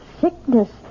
sickness